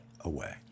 away